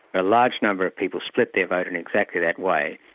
a large number of people split their vote in exactly that way.